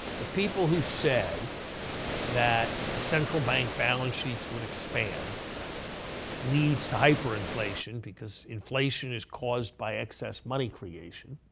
the people who said that the central bank balance sheets would expand leads to hyperinflation, because inflation is caused by excess money creation.